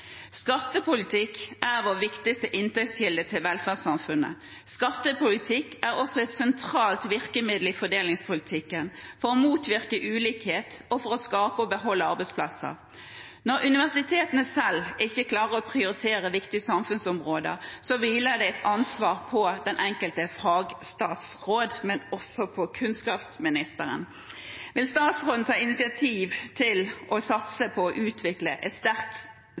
er den viktigste inntektskilden til velferdssamfunnet. Skattepolitikken er et sentralt virkemiddel i fordelingspolitikken for å motvirke ulikhet og for å skape og beholde arbeidsplasser. Når universitetene selv ikke klarer å prioritere viktige samfunnsområder, hviler det et ansvar på den enkelte fagstatsråd, men også på kunnskapsministeren. Vil statsråden ta initiativ til å satse på å utvikle et sterkt